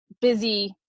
busy